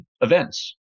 events